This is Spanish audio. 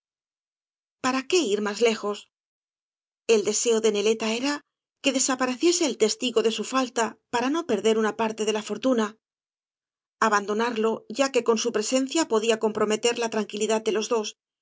para qué ir más lejos el deseo de neieta ra que desapareciese el testigo de su falta para no perder una parte de la fortuna abandonarlo ya que con su presencia podía comprometer la tranquilidad de los dos